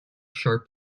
sharp